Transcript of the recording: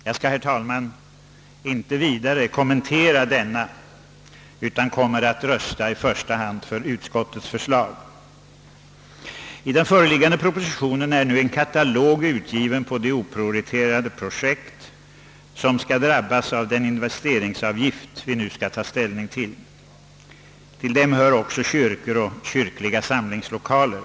Jag skall, herr talman, inte närmare kommentera detta utlåtande, utan jag vill bara säga att jag kommer att rösta i första hand för utskottets förslag. I den föreliggande propositionen finns en katalog på de oprioriterade projekt som skall drabbas av den investeringsavgift vi nu har att ta ställning till. Till dem hör också kyrkor och kyrkliga samlingslokaler.